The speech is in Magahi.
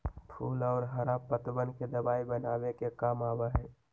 फूल और हरा पत्तवन के दवाई बनावे के काम आवा हई